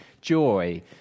joy